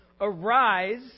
arise